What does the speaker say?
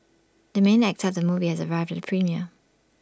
the main actor of the movie has arrived at the premiere